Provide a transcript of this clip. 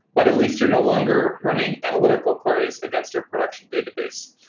but at least you're no longer running analytical queries against your production database.